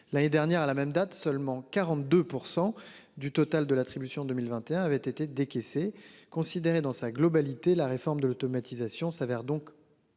L'année dernière à la même date, seulement 42% du total de l'attribution 2021 avait été décaissés considérée dans sa globalité la réforme de l'automatisation s'avère donc